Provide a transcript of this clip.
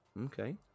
Okay